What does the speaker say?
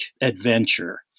adventure